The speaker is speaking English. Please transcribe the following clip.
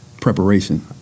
preparation